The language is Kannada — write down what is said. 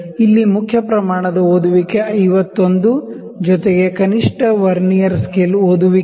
ಇಲ್ಲಿ main scale the reading 51 plus least count into vernier scale reading